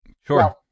Sure